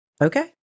okay